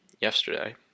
yesterday